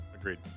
Agreed